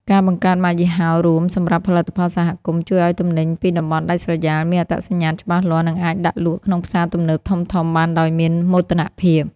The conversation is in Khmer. ការបង្កើតម៉ាកយីហោរួមសម្រាប់ផលិតផលសហគមន៍ ជួយឱ្យទំនិញពីតំបន់ដាច់ស្រយាលមានអត្តសញ្ញាណច្បាស់លាស់ និងអាចដាក់លក់ក្នុងផ្សារទំនើបធំៗបានដោយមោទនភាព។